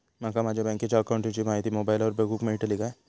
माका माझ्या बँकेच्या अकाऊंटची माहिती मोबाईलार बगुक मेळतली काय?